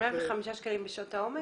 105 שקלים בשעות העומס?